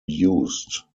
used